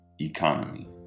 economy